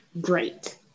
great